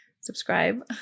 Subscribe